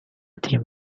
تیم